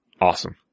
awesome